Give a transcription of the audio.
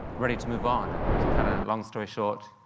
ready to move on. and to cut a long story short,